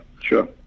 Sure